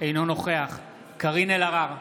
אינו נוכח קארין אלהרר,